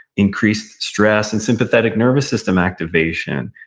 increased stress and sympathetic nervous system activation.